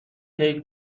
کیک